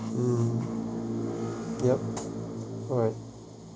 mm yup alright